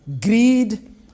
greed